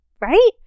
right